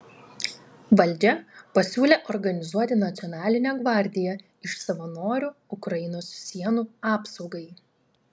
valdžia pasiūlė organizuoti nacionalinę gvardiją iš savanorių ukrainos sienų apsaugai